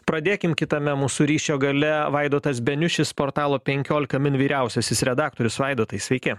pradėkim kitame mūsų ryšio gale vaidotas beniušis portalo penkiolika min vyriausiasis redaktorius vaidotai sveiki